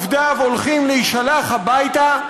עובדיו הולכים להישלח הביתה,